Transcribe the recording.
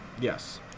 Yes